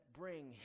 bring